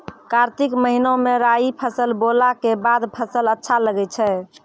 कार्तिक महीना मे राई फसल बोलऽ के बाद फसल अच्छा लगे छै